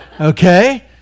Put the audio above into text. okay